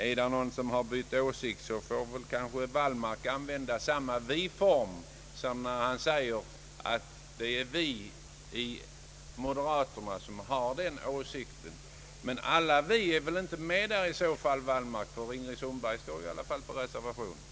Är det någon som bytt åsikt, får kanske herr Wallmark använda samma viform som när han säger att ”vi” inom moderata samiingspartiet har den åsikten. Men alla ”vi” är inte med där i alla fall, eftersom fru Ingrid Sundberg står på reservationen.